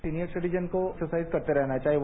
senior citizen को exercise करते रहना चाहिए